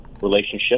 relationship